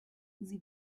sie